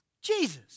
Jesus